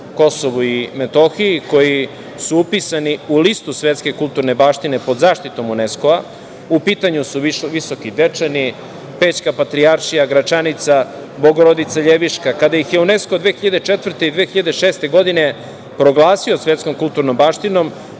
kulture na KiM koji su upisani u Listu svetske kulturne baštine pod zaštitom UNESKO-a. U pitanju su Visoki Dečani, Pećka patrijaršija, Gračanica, Bogorodica Ljeviška. Kada ih je UNESKO 2004. i 2006. godine proglasio svetskom kulturnom baštinom,